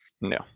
No